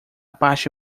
parte